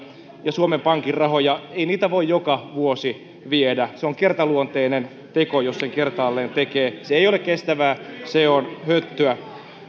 ja suomen pankin rahoja ei niitä voi joka vuosi viedä se on kertaluonteinen teko jos sen kertaalleen tekee se ei ole kestävää se on höttöä